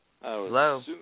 Hello